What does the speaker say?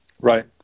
Right